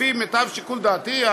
לפי מיטב שיקול דעתי,